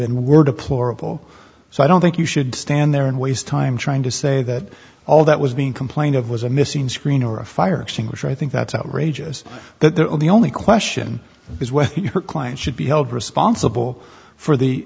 in were deplorable so i don't think you should stand there and waste time trying to say that all that was being complained of was a missing screen or a fire extinguisher i think that's outrageous but there are the only question is whether your client should be held responsible for the